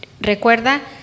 Recuerda